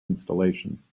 installations